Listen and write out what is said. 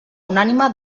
unànime